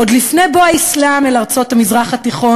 עוד לפני בוא האסלאם אל ארצות המזרח התיכון